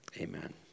Amen